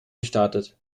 gestartet